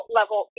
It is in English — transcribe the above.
level